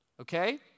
okay